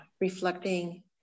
reflecting